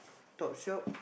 Topshop